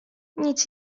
nic